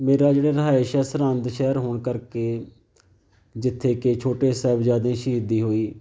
ਮੇਰਾ ਜਿਹੜਾ ਰਿਹਾਇਸ਼ ਆ ਸਰਹੰਦ ਸ਼ਹਿਰ ਹੋਣ ਕਰਕੇ ਜਿੱਥੇ ਕਿ ਛੋਟੇ ਸਾਹਿਬਜ਼ਾਦੇ ਸ਼ਹੀਦੀ ਹੋਈ